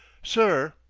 sir!